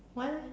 why leh